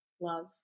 love